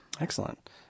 Excellent